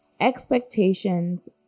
Expectations